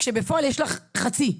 כשבפועל יש לך חצי.